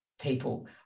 people